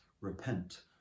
repent